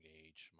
age